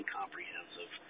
comprehensive